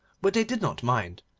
but they did not mind,